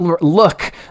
look